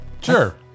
sure